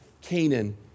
Canaan